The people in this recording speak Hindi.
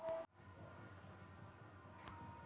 एग्री बाजार से सीडड्रिल पर कितना ऑफर मिल सकता है?